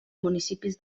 municipis